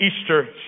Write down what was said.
Easter